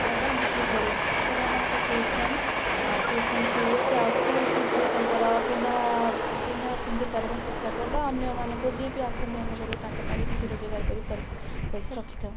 ତାକୁ ବିକ୍ରି କରୁ ପିଲାମାନଙ୍କ ଟ୍ୟୁସନ୍ ଟ୍ୟୁସନ୍ ଫିସ୍ ଆଉ ସ୍କୁଲ ଫିସ୍ ବି ତାଙ୍କର ପିନ୍ଧାପିନ୍ଧି କରିବାପାଇଁ ପୋଷାକ ବା ଅନ୍ୟମାନଙ୍କୁ ଯିଏ ବି ଆସନ୍ତି ଆମ ଘରକୁ ତାଙ୍କପାଇଁ ବି କିଛି ରୋଜଗାର କରି ପର ପଇସା ରଖିଥାଉ